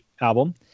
album